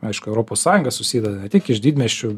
aišku europos sąjunga susideda tik iš didmiesčių